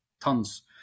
tons